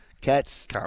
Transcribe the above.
Cats